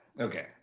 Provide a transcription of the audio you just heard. okay